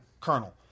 Colonel